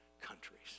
countries